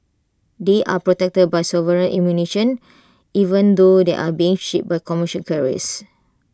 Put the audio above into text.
they are protected by sovereign immunisation even though they are being shipped by commercial carriers